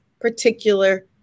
particular